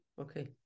okay